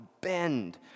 bend